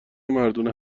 مردونه